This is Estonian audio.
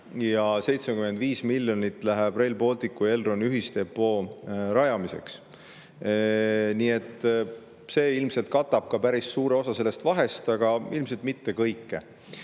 75 miljonit läheb Rail Balticu ja Elroni ühisdepoo rajamiseks. See ilmselt katab ka päris suure osa sellest vahest, aga ilmselt mitte kõike. Kui